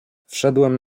wszedłem